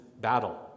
Battle